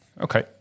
Okay